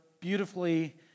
beautifully